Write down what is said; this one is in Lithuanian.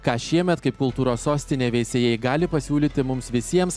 ką šiemet kaip kultūros sostinė veisiejai gali pasiūlyti mums visiems